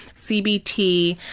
cbt,